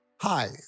Hi